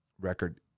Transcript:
record